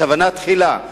בכוונה תחילה.